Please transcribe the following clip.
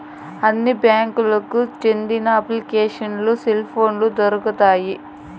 అన్ని బ్యాంకులకి సెందిన అప్లికేషన్లు సెల్ పోనులో దొరుకుతాయి